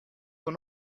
will